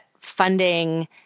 funding